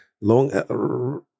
long